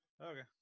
Okay